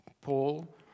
paul